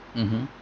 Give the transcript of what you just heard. mmhmm